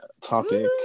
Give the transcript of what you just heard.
topic